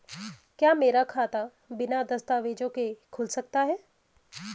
क्या मेरा खाता बिना दस्तावेज़ों के खुल सकता है?